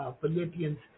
Philippians